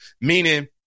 Meaning